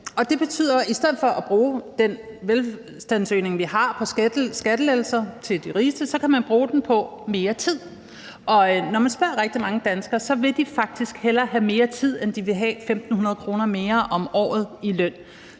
Det betyder, at i stedet for at bruge den velstandsøgning, vi har, på skattelettelser til de rigeste, kan man bruge den på mere tid. Og når man spørger rigtig mange danskere, vil de faktisk hellere have mere tid, end de vil have 1.500 kr. mere om året i løn.